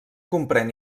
comprèn